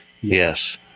yes